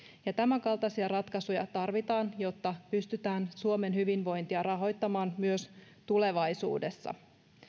tämänkaltaisia ratkaisuja tarvitaan jotta pystytään suomen hyvinvointia rahoittamaan myös tulevaisuudessa